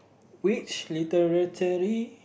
which literatury